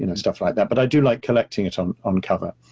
you know stuff like that, but i do like collecting it on on cover.